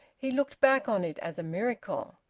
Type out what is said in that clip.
he looked back on it as a miracle.